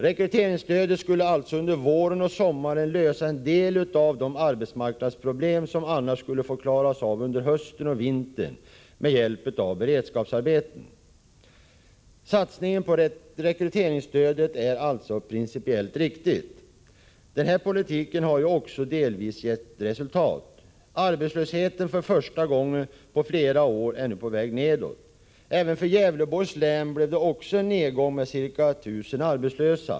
Rekryteringsstödet skulle alltså under våren och sommaren lösa en del av de arbetsmarknadsproblem som annars skulle få klaras av under hösten och vintern med hjälp av beredskapsarbeten. Satsningen på rekryteringsstödet är alltså principiellt riktig. Den politiken har också delvis gett resultat. Arbetslösheten är för första gången på flera år på väg nedåt. Även för Gävleborgs län blev det en nedgång med ca 1 000 arbetslösa.